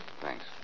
Thanks